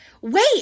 Wait